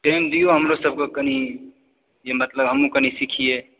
time दिअ हमरो सबके कनि जे मतलब हमहुँ कनि सिखियै